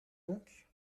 donc